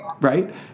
right